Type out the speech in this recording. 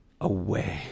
away